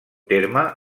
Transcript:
terme